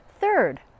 Third